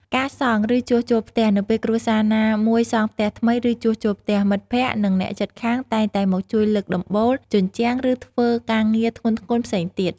ការសង់ ឬជួសជុលផ្ទះ នៅពេលគ្រួសារណាមួយសង់ផ្ទះថ្មី ឬជួសជុលផ្ទះ មិត្តភក្តិ និងអ្នកជិតខាងតែងតែមកជួយលើកដំបូល ជញ្ជាំង ឬធ្វើការងារធ្ងន់ៗផ្សេងទៀត។